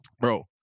bro